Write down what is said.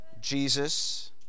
Jesus